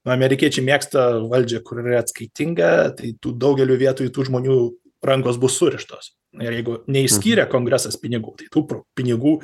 amerikiečiai mėgsta valdžią kuri yra atskaitinga tai tų daugelio vietoj tų žmonių rankos bus surištos ir jeigu neišskyrė kongresas pinigų tai tų p pinigų